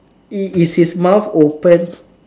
is is his mouth open